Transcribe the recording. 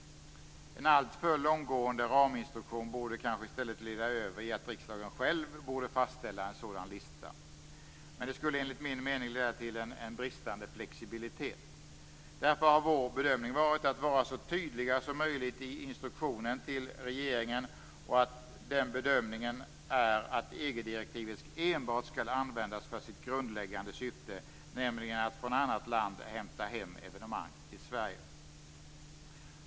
En alltför långtgående raminstruktion borde kanske i stället leda över i att riksdagen själv borde fastställa en sådan lista. Men det skulle enligt min mening leda till en bristande flexibilitet. Därför har vår bedömning varit att vara så tydliga som möjligt i instruktionen till regeringen, dvs. att EG-direktivet enbart skall användas för sitt grundläggande syfte, nämligen att från annat land hämta hem evenemang till Sverige.